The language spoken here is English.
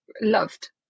loved